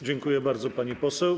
Dziękuję bardzo, pani poseł.